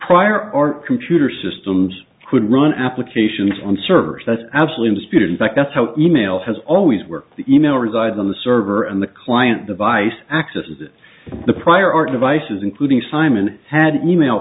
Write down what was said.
prior art computer systems could run applications on servers that's absolute speed in fact that's how e mail has always worked the e mail resides on the server and the client device accesses the prior art devices including simon had e mail